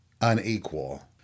unequal